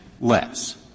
less